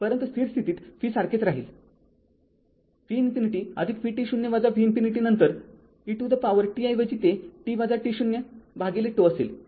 परंतु स्थिर स्थितीत v सारखेच राहील v ∞ vt0 v ∞ नंतर e to the power t ऐवजी ते t t0 भागिले τ असेल